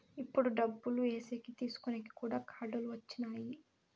ఇప్పుడు డబ్బులు ఏసేకి తీసుకునేకి కూడా కార్డులు వచ్చినాయి